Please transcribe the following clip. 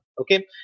Okay